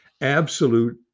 absolute